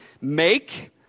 Make